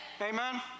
Amen